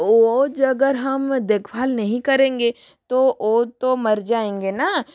वो अगर हम देखभाल नही करेंगे तो वो तो मर जाएंगे ना